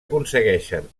aconsegueixen